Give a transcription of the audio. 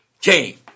came